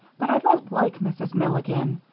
but i don't like mrs. milligan.